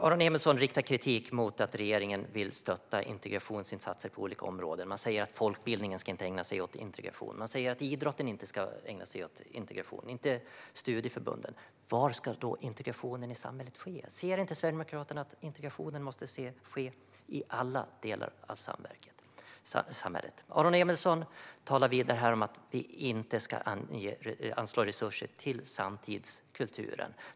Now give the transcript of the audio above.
Aron Emilsson riktar kritik mot att regeringen vill stötta integrationsinsatser på olika områden. Man säger att folkbildningen inte ska ägna sig åt integration. Man säger att idrotten inte ska ägna sig åt integration. Inte studieförbunden heller. Var ska då integrationen i samhället ske? Ser inte Sverigedemokraterna att integrationen måste ske i alla delar av samhället? Aron Emilsson talar vidare om att vi inte ska anslå resurser till samtidskulturen.